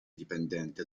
dipendente